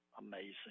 amazing